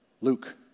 Luke